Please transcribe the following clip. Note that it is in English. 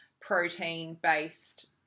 protein-based